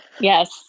Yes